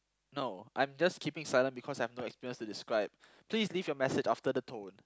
no I'm just keeping silent because I have no experience to describe please leave your message after the tone